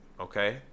okay